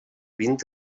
vint